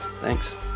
thanks